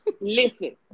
listen